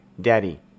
Daddy